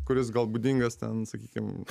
kuris gal būdingas ten sakykim